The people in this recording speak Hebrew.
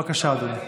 בבקשה, אדוני.